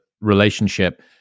relationship